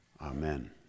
Amen